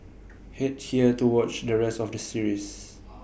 Head here to watch the rest of the series